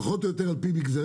פחות או יותר על פי מגזרים.